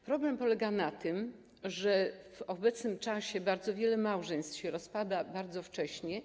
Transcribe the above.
Problem polega na tym, że w obecnym czasie bardzo wiele małżeństw rozpada się bardzo wcześnie.